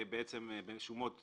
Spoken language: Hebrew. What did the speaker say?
בשומות קטנות,